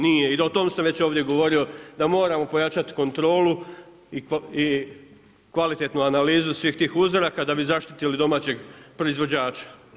Nije, i o tom sam već ovdje i govorio, da moramo pojačati kontrolu i kvalitetnu analizu svih tih uzoraka da bi zaštitili domaćeg proizvođača.